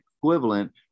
equivalent